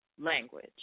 language